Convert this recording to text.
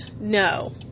No